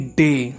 day